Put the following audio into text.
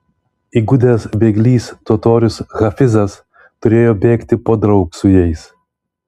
įgudęs bėglys totorius hafizas turėjo bėgti podraug su jais